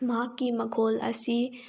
ꯃꯍꯥꯛꯀꯤ ꯃꯈꯣꯜ ꯑꯁꯤ